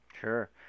Sure